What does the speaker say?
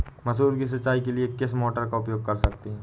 मसूर की सिंचाई के लिए किस मोटर का उपयोग कर सकते हैं?